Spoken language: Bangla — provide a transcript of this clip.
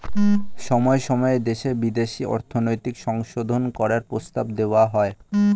সময়ে সময়ে দেশে বিদেশে অর্থনৈতিক সংশোধন করার প্রস্তাব দেওয়া হয়